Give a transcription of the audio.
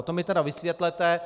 To mi teda vysvětlete.